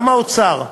גם האוצר,